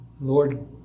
Lord